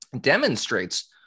demonstrates